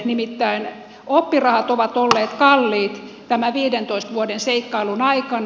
nimittäin oppirahat ovat olleet kalliit tämän viidentoista vuoden seikkailun aikana